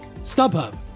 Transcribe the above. StubHub